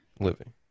living